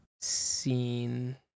seen